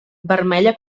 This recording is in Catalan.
vermella